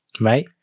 Right